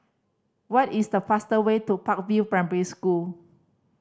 what is the fastest way to Park View Primary School